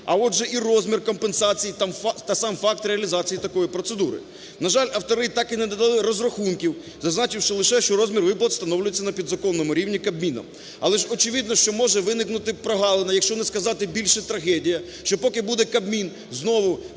а отже і розмір компенсації та сам факт реалізації такої процедури. На жаль, автори так і не надали розрахунків, зазначивши лише, що розмір виплат встановлюється на підзаконному рівні Кабміном. Але ж очевидно, що може виникнути прогалина, якщо не сказати більше – трагедія, що поки буде Кабмін знову